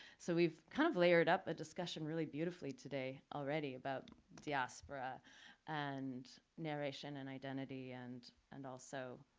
so we've kind of layered up a discussion really beautifully today already about diaspora and narration and identity, and and also,